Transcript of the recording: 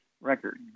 record